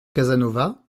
casanova